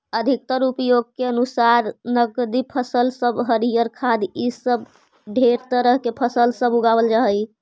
अधिकतर उपयोग के अनुसार नकदी फसल सब हरियर खाद्य इ सब ढेर तरह के फसल सब उगाबल जा हई